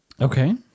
Okay